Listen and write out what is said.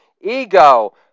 ego